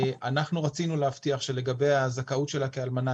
אנחנו רצינו להבטיח שלגבי הזכאות שלה כאלמנה,